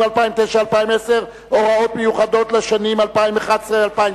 2009 ו-2010 (הוראות מיוחדות) (הוראת שעה) (תיקון)